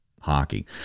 hockey